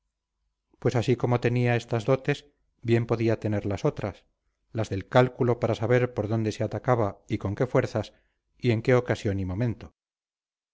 pues así como tenía estas dotes bien podía tener las otras las del cálculo para saber por dónde se atacaba y con qué fuerzas y en qué ocasión y momento